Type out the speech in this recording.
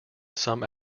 some